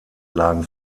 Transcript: lagen